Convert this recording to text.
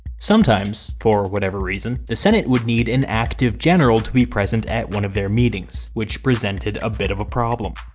sometimes, for whatever reason, the senate would need an active general to be present at one of their meetings, which presented a bit of a problem.